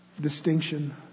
distinction